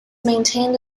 maintained